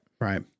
right